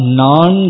non